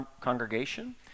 congregation